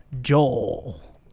Joel